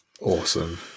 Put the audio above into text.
Awesome